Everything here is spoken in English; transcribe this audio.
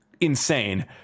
insane